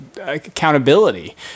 accountability